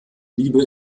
liebe